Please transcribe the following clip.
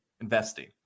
investing